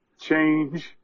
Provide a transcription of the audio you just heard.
change